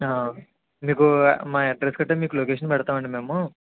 మీకు మా అడ్రస్ గట్రా మీకు లొకేషన్ పెడతామండి మేము